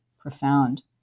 profound